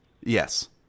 Yes